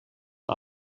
een